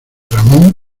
ramón